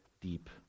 deep